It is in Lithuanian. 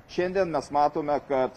šiandien mes matome kad